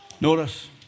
Notice